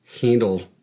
handle